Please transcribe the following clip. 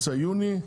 יוני,